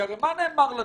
כי הרי מה נאמר לנו?